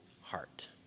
heart